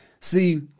See